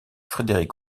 frédéric